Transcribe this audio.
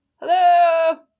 Hello